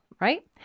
right